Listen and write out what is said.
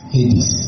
Hades